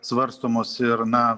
svarstomos ir na